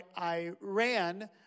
Iran